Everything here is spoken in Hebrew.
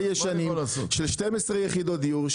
בבניינים ישנים של 12 יחידות דיור,